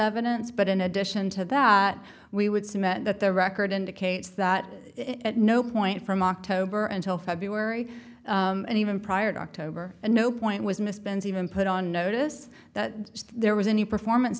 evidence but in addition to that we would submit that the record indicates that at no point from october until february and even prior to october and no point was misspent even put on notice that there was any performance